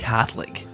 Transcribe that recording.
Catholic